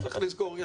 צריך לזכור,